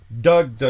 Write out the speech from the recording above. Doug